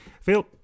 Phil